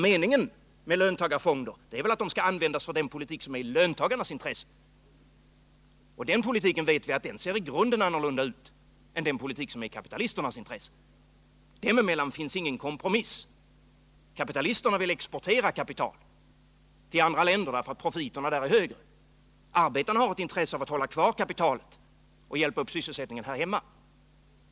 Meningen med löntagarfonderna är ju att de skall användas för en politik som är i löntagarnas intresse. Och den politiken ser i grunden annorlunda ut än den politik som är i kapitalisternas intresse. Mellan löntagarna och kapitalisterna finns ingen kompromiss. Kapitalisterna vill exportera kapital till andra länder därför att profiterna där är högre. Arbetarna har ett intresse av att hålla kvar kapitalet och hjälpa upp sysselsättningen här hemma.